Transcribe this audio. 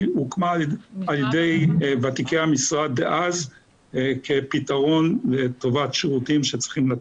היא הוקמה על ידי ותיקי המשרד דאז כפתרון לטובת שירותים שצריכים לתת.